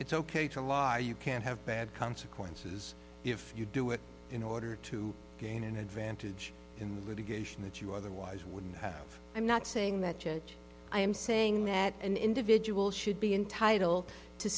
it's ok to you can have bad consequences if you do it in order to gain an advantage in litigation that you otherwise wouldn't have i'm not saying that judge i am saying that an individual should be entitled to